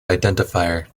identifier